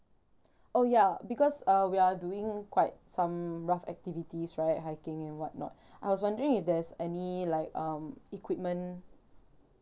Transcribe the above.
oh ya because uh we are doing quite some rough activities right hiking and what not I was wondering if there's any like um equipment